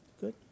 good